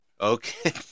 Okay